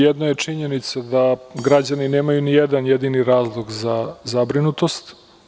Jedno je činjenica da građani nemaju nijedan jedini razlog za zabrinutost.